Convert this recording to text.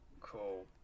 Cool